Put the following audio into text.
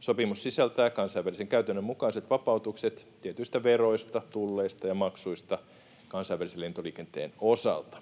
Sopimus sisältää kansainvälisen käytännön mukaiset vapautukset tietyistä veroista, tulleista ja maksuista kansainvälisen lentoliikenteen osalta.